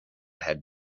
had